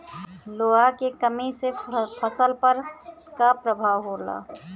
लोहा के कमी से फसल पर का प्रभाव होला?